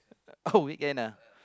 oh weekend ah